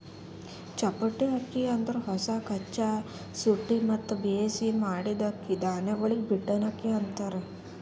ಚಪ್ಪಟೆ ಅಕ್ಕಿ ಅಂದುರ್ ಹೊಸ, ಕಚ್ಚಾ, ಸುಟ್ಟಿ ಮತ್ತ ಬೇಯಿಸಿ ಮಾಡಿದ್ದ ಅಕ್ಕಿ ಧಾನ್ಯಗೊಳಿಗ್ ಬೀಟನ್ ಅಕ್ಕಿ ಅಂತಾರ್